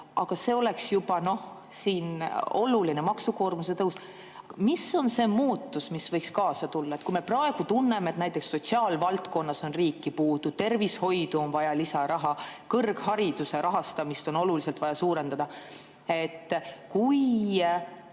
Aga see oleks juba oluline maksukoormuse tõus. Mis on see muutus, mis võiks kaasa tulla? Praegu me tunneme, et näiteks sotsiaalvaldkonnas on riiki puudu, tervishoidu on vaja lisaraha, kõrghariduse rahastamist on oluliselt vaja suurendada. Kui